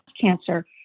cancer